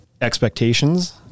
expectations